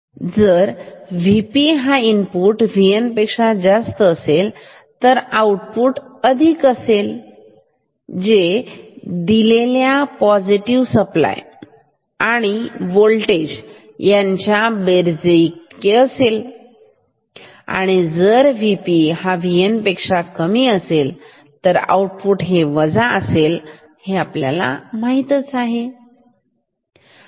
जर Vp हा input Vn पेक्षा जास्त असेल तर आउटपुट अधिक असेल जे दिलेला पॉझिटिव सप्लायआणि होल्टेज ह्यांच्या बर्जेईतका असेल आणि जर Vp हा Vn पेक्षा कमी असेल तर आउटपुट हे वजा असेल जे आपल्याला माहीत आहे बरोबर